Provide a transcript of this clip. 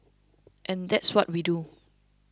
and that's what we do